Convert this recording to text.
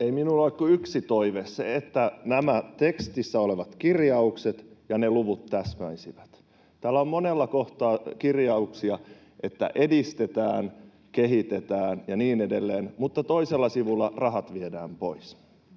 Ei minulla ole kuin yksi toive: se, että nämä tekstissä olevat kirjaukset ja ne luvut täsmäisivät. Täällä on monella kohtaa kirjauksia, että edistetään, kehitetään ja niin edelleen, mutta toisella sivulla rahat viedään pois.